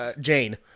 Jane